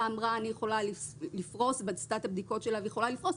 אמרה שהיא יכולה לפרוס ועשתה את הבדיקות שלה ויכולה לפרוס,